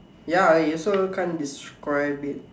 ya I also can't describe it